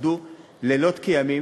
עבדו לילות כימים